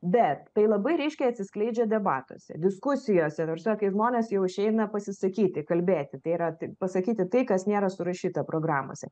bet tai labai ryškiai atsiskleidžia debatuose diskusijose ta prasme kai žmonės jau išeina pasisakyti kalbėti tai yra pasakyti tai kas nėra surašyta programose